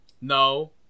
No